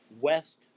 West